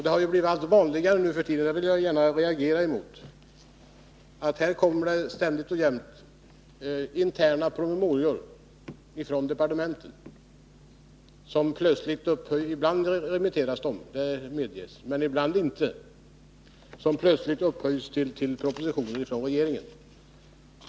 Det har blivit allt vanligare undan för undan — och det reagerar jag mot — att det kommer interna promemorior från departementet. Ibland remitteras de, det medges, men ibland inte, utan plötsligt upphöjs de bara till propositioner från regeringen.